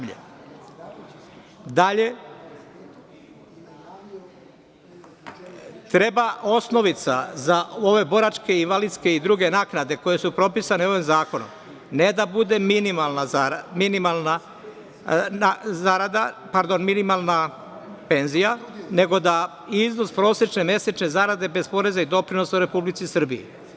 Dalje, treba osnovica za ove boračke, invalidske i druge naknade, koje su propisane ovih zakonom ne da bude minimalna penzija, nego da iznos prosečne mesečne zarade bez poreza i doprinosa u Republici Srbiji.